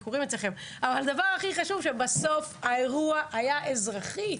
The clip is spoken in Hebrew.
אבל הדבר הכי חשוב הוא שבסוף האירוע היה אזרחי.